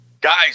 Guys